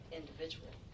individual